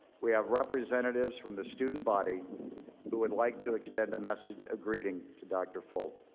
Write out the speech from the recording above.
we have representatives from the student body who would like to extend a message of greeting to dr. folt.